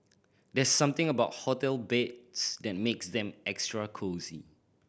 there's something about hotel beds that makes them extra cosy